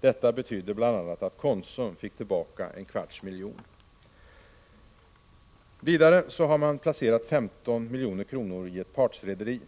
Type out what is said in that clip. Detta betydde bl.a. att Konsum fick tillbaka en kvarts miljon. Sedan har man placerat 15 milj.kr. i ett partsrederi.